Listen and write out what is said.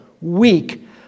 weak